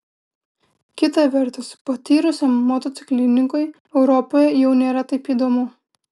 kita vertus patyrusiam motociklininkui europoje jau nėra taip įdomu